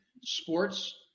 sports